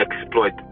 exploit